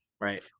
Right